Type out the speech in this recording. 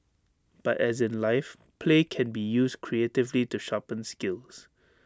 but as in life play can be used creatively to sharpen skills